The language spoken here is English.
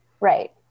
Right